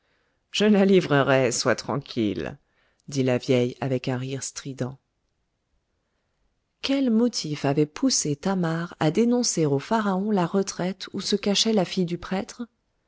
je te la livrerai sois tranquille dit la vieille avec un rire strident quel motif avait poussé thamar à dénoncer au pharaon la retraite où se cachait la fille du prêtre